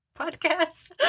podcast